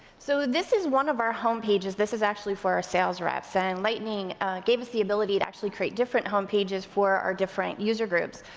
so this is one of our homepages, this is actually for a sales rep saying, lightning gave us the ability to actually create different homepages for our different user groups.